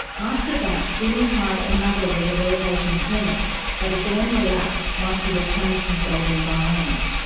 after that, jimmy tried another rehabilitation clinic but again relapsed once he returned to his old environment.